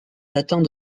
datant